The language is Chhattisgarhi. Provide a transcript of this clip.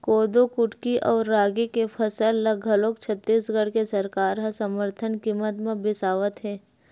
कोदो कुटकी अउ रागी के फसल ल घलोक छत्तीसगढ़ के सरकार ह समरथन कीमत म बिसावत हे